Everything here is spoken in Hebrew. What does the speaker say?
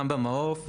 גם במעו"ף,